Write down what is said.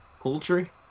Poultry